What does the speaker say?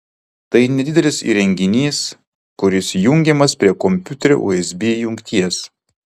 tai nedidelis įrenginys kuris jungiamas prie kompiuterio usb jungties